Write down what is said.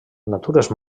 natures